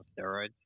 steroids